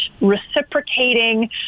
reciprocating